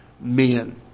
men